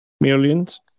millions